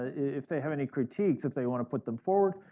if they have any critiques, if they want to put them forward,